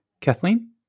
Kathleen